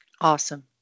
awesome